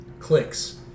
clicks